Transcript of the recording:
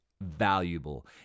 valuable